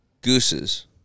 Gooses